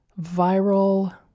viral